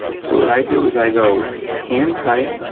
so, what i do is i go hand tight